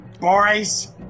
Boys